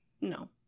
no